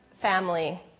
family